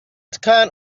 can